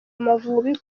amavubi